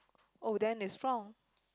oh then is found